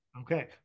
Okay